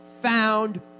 found